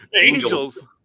Angels